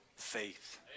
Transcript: faith